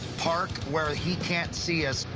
park where he can't see us.